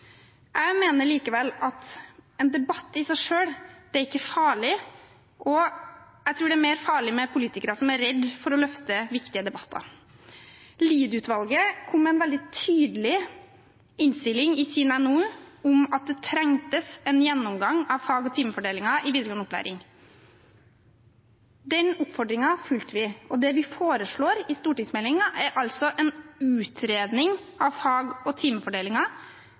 Jeg mener likevel at en debatt i seg selv ikke er farlig. Jeg tror det er farligere med politikere som er redde for å løfte viktige debatter. Lied-utvalget kom med en veldig tydelig innstilling i sin NOU om at det trengtes en gjennomgang av fag- og timefordelingen i videregående opplæring. Den oppfordringen fulgte vi, og det vi foreslår i stortingsmeldingen, er en utredning av fag- og